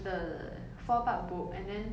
uh four part book and then